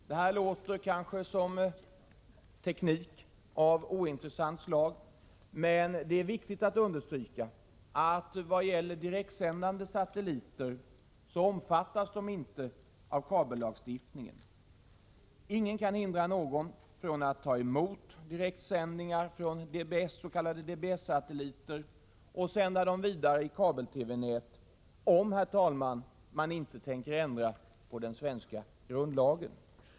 Det här låter kanske som teknikdefinition av ointressant slag, men det är viktigt att understryka att direktsändande satelliter inte omfattas av kabellagstiftningen. Ingen kan hindra någon från att ta emot direktsändningar från s.k. DBS-satelliter och sända dem vidare i kabel-TV-nätet— om man inte tänker ändra på den svenska regeringsformen.